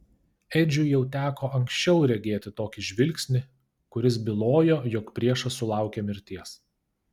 edžiui jau teko anksčiau regėti tokį žvilgsnį kuris bylojo jog priešas sulaukė mirties